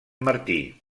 martí